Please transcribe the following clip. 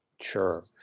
Sure